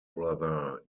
brother